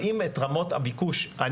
רמות הביקוש מדהימות.